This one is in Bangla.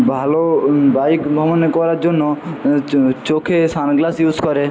ভালো বাইক ভ্রমণ এ করার জন্য চো চোখে সানগ্লাস ইউজ করে